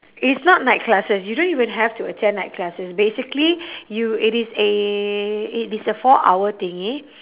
it's not night classes you don't even have to attend night classes basically you it is a it is a four hour thingy